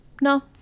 no